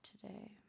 today